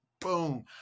boom